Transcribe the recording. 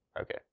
Okay